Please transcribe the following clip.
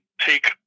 take